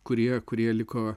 kurie kurie liko